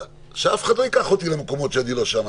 אז שאף אחד לא ייקח אותי למקומות שאני לא שם.